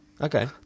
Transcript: Okay